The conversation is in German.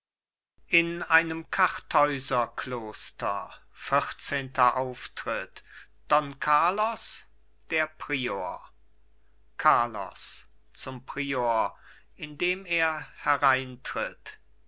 in einem kartäuserkloster vierzehnter auftritt don carlos der prior carlos zum prior indem er hereintritt